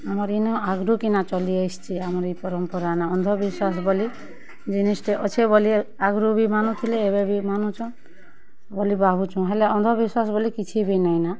ଆମର୍ ଇନୁ ଆଗ୍ରୁ କିନା ଚଲିଆସିଛେ ଆମର୍ ଇ ପରମ୍ପରା ନ ଅନ୍ଧବିଶ୍ୱାସ୍ ବୋଲି ଜିନିଷ୍ ଟେ ଅଛେ ବୋଲି ଆଗ୍ରୁ ବି ମାନୁଥିଲେ ଏବେ ବି ମାନୁଛନ୍ ବୋଲି ଭାବୁଛୁଁ ହେଲେ ଅନ୍ଧବିଶ୍ୱାସ୍ ବୋଲି କିଛି ବି ନାଇଁ ନା